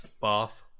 bath